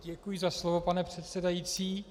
Děkuji za slovo, pane předsedající.